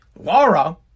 Laura